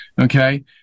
Okay